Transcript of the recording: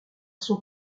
son